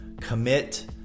commit